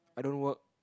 I don't work